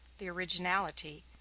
the originality,